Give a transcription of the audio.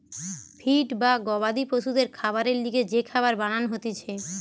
feed বা গবাদি পশুদের খাবারের লিগে যে খাবার বানান হতিছে